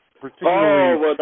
particularly